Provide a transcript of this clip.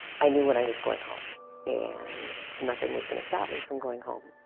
i knew when i was going home and nothing was going to stop me from going home,